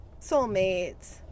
soulmates